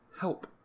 help